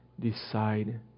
decide